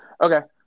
okay